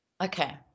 Okay